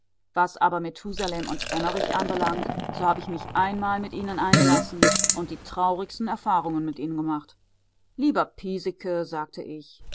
was aber methusalem und emmerich anbelangt so habe ich mich einmal mit ihnen eingelassen und die traurigsten erfahrungen mit ihnen gemacht lieber piesecke sagte ich